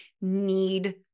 need